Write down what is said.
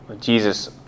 Jesus